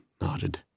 nodded